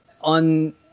on